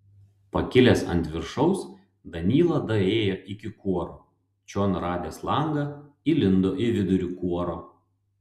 pakilęs ant viršaus danyla daėjo iki kuoro čion radęs langą įlindo į vidurį kuoro